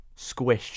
squished